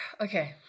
okay